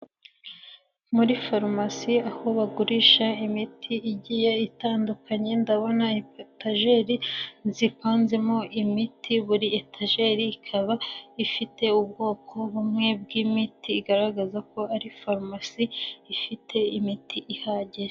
Muri farumasi aho bagurisha imiti igiye itandukanye, ndabona etageri nzipanzemo imiti, buri etager ikaba ifite ubwoko bumwe bw'imiti igaragaza ko ari farumasi ifite imiti ihagije.